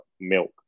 milk